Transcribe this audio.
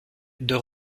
deux